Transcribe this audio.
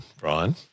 Brian